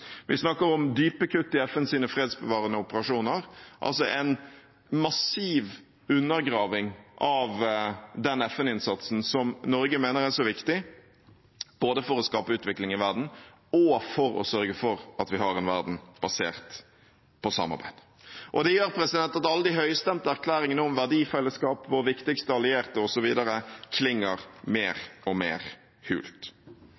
Vi snakker om dype kutt i FNs fredsbevarende operasjoner, altså en massiv undergraving av den FN-innsatsen som Norge mener er så viktig, både for å skape utvikling i verden og for å sørge for at vi har en verden basert på samarbeid. Det gjør at alle de høystemte erklæringene om verdifellesskap, våre viktigste allierte, osv., klinger mer og mer hult.